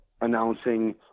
announcing